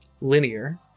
linear